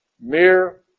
Mere